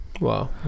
Wow